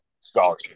scholarship